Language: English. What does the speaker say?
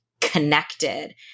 connected